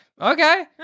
Okay